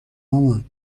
مامان